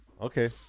Okay